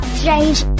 Strange